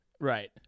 Right